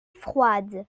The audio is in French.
froide